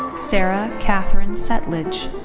sarah katherine settlage.